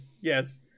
Yes